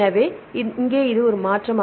எனவே இங்கே இது மாற்றம்